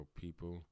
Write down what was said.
people